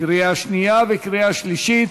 לקריאה שנייה וקריאה שלישית.